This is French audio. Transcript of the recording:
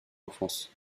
enfance